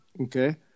Okay